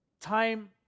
Time